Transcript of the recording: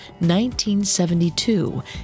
1972